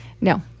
No